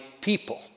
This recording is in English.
people